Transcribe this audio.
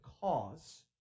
cause